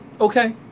Okay